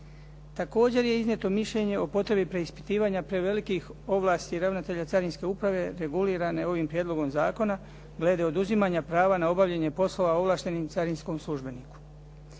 Također je iznijeto mišljenje o potrebi preispitivanja prevelikih ovlasti ravnatelja carinske uprave regulirane ovim prijedlogom zakona glede oduzimanja prava na obavljanje posla ovlaštenom carinskom službeniku.